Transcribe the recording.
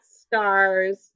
stars